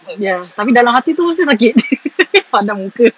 ya tapi dalam hati tu mesti sakit padan muka